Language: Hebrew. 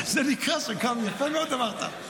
יפה מאוד אמרת.